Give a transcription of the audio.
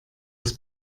das